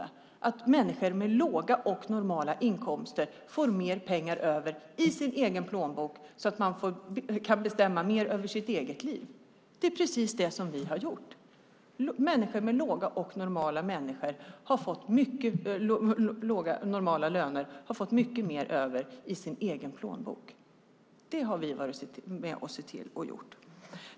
Det handlar om att göra så att människor med låga och normala inkomster får mer pengar över i sin plånbok och kan bestämma mer över sitt eget liv. Det är precis det som vi har gjort. Människor med låga och normala löner har fått mycket mer över i sin egen plånbok. Det har vi varit med och sett till att få gjort.